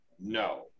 No